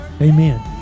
Amen